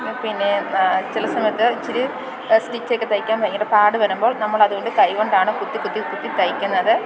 പിന്നെ ചില സമയത്ത് ഇച്ചിരി സ്റ്റിച്ച് ഒക്കെ തയിക്കാൻ ഭയങ്കര പാട് വരുമ്പോൾ നമ്മൾ അതുകൊണ്ട് കൈകൊണ്ടാണ് കുത്തി കുത്തി കുത്തി തയ്ക്കുന്നത്